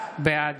בעד